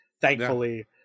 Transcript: thankfully